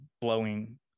blowing